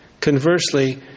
Conversely